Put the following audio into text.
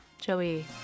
Joey